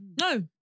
No